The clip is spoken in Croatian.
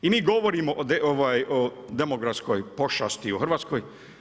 I mi govorimo o demografskoj pošasti u Hrvatskoj.